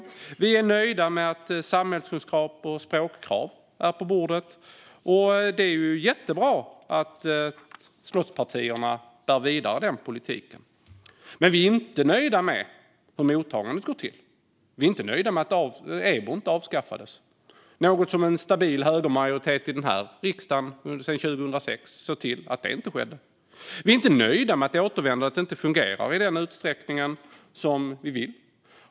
Och vi är nöjda med att förslag om samhällskunskap och språkkrav finns på bordet. Det är jättebra att slottspartierna bär denna politik vidare. Men vi är inte nöjda med hur mottagandet går till. Vi är inte nöjda med att EBO inte avskaffades. Det var en stabil högermajoritet i denna riksdag som under 2006 såg till att det inte skedde. Vi är inte nöjda med att återvändandet inte fungerar i den utsträckning som vi vill.